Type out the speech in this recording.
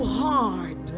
hard